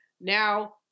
Now